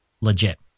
legit